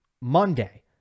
Monday